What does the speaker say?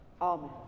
Amen